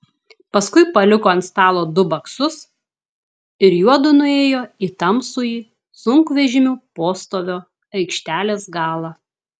paskui paliko ant stalo du baksus ir juodu nuėjo į tamsųjį sunkvežimių postovio aikštelės galą